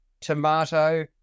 tomato